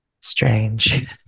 Strange